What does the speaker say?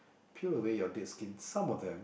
peel away your dead skin some of them